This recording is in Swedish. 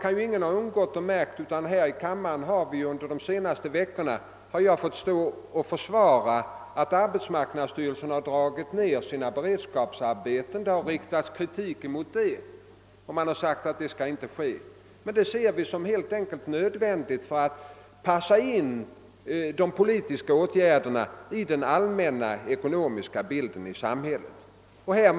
Ingen kan väl ha undgått att märka att jag under de senaste veckorna här i kammaren vid upprepade tillfällen har fått försvara arbetsmarknadsstyrelsens åtgärd att skära ned sina beredskapsarbeten. Det har riktats kritik mot det, och man har sagt att vi inte skulle göra på det sättet, men vi ser det som nödvändigt med en sådan nedskärning för att anpassa de arbetsmarknadspolitiska åtgärderna till det allmänekonomiska läget i samhället.